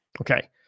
okay